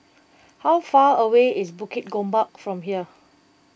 how far away is Bukit Gombak from here